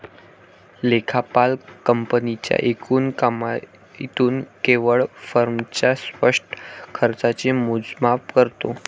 लेखापाल कंपनीच्या एकूण कमाईतून केवळ फर्मच्या स्पष्ट खर्चाचे मोजमाप करतो